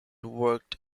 worked